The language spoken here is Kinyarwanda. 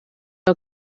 uwa